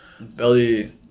Belly